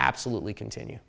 absolutely continue